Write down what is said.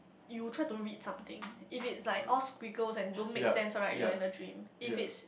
you try to read something if it's like all Swiggles and don't make sense one right you're in a dream if it's